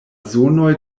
zonoj